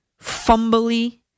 fumbly